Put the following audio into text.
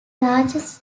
largest